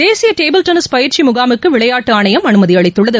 தேசிய table tennis பயிற்சி முகாமுக்கு விளையாட்டு ஆணையம் அனுமதி அளித்துள்ளது